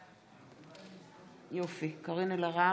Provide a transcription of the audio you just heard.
אינו נוכח צבי האוזר, אינו נוכח ניצן הורוביץ,